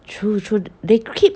true true they keep